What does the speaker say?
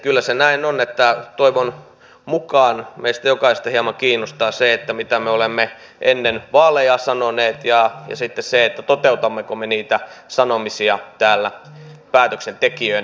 kyllä se näin on että toivon mukaan meistä jokaista hieman kiinnostaa se mitä me olemme ennen vaaleja sanoneet ja sitten se toteutammeko me niitä sanomisia täällä päätöksentekijöinä